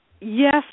Yes